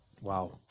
Wow